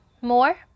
more